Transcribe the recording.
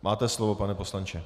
Máte slovo, pane poslanče.